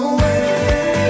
Away